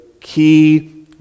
key